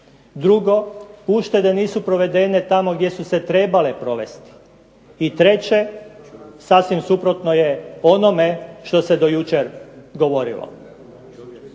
Drugo, uštede nisu provedene tamo gdje su se trebale provesti. I treće, sasvim suprotno je onome što se do jučer govorilo.